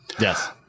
Yes